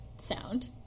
sound